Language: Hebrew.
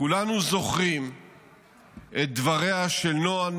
כולנו זוכרים את דבריה של נועה,